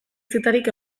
zitarik